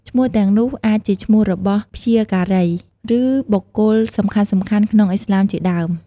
ឈ្មោះទាំងនោះអាចជាឈ្មោះរបស់ព្យាការី និងបុគ្គលសំខាន់ៗក្នុងឥស្លាមជាដើម។